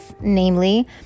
Namely